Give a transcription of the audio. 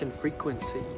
frequency